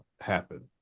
happen